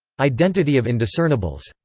identity of indiscernibles.